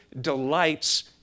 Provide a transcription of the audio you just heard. delights